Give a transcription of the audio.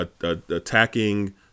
attacking